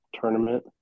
tournament